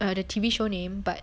or the T_V show name but